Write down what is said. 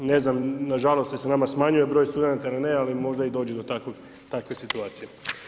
Ne znam, nažalost, jel se nama smanjuje broj studenata ili ne, ali možda i dođe do takve situacije.